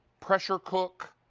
pressure cook,